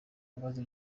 amaze